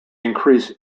increase